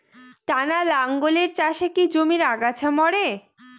টানা লাঙ্গলের চাষে কি জমির আগাছা মরে?